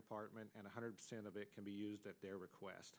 department and a hundred percent of it can be used at their request